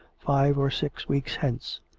five or six weeks hence.